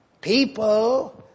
people